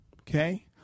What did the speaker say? Okay